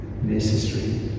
necessary